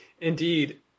Indeed